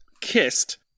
kissed